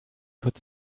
could